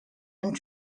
and